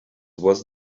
was